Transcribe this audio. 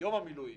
יום המילואים